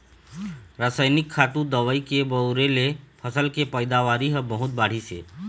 रसइनिक खातू, दवई के बउरे ले फसल के पइदावारी ह बहुत बाढ़िस हे